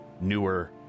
newer